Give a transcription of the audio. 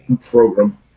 Program